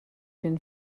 been